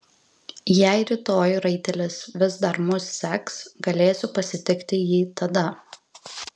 jei rytoj raitelis vis dar mus seks galėsiu pasitikti jį tada